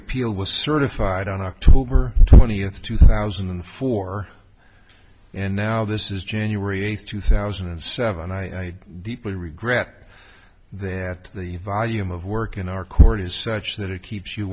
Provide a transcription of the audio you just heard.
appeal was certified on october twentieth two thousand and four and now this is january eighth two thousand and seven i deeply regret that the volume of work in our court is such that it keeps you